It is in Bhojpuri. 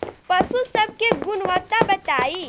पशु सब के गुणवत्ता बताई?